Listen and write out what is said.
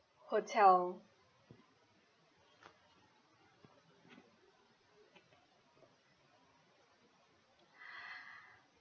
hotel